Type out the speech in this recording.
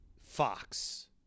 fox